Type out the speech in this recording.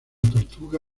tortuga